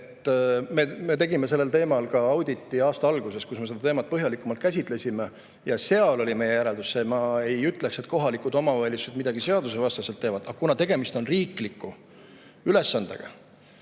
Me tegime sellel teemal ka aasta alguses auditi, kus me seda teemat põhjalikumalt käsitlesime. Seal oli meie järeldus selline, et ma ei ütleks, et kohalikud omavalitsused midagi seadusvastaselt teevad, aga kuna tegemist on riikliku ülesandega